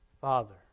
Father